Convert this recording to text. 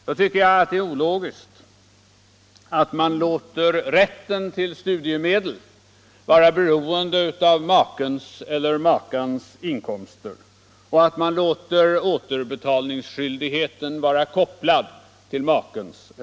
Då är det ologiskt att låta rätten till studiemedel vara beroende av makens eller makans inkomst och låta återbetalningsskyldigheten vara kopplad till den.